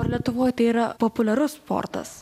ar lietuvoj tai yra populiarus sportas